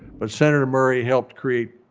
but senator murray helped create,